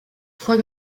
trois